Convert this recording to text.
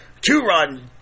two-run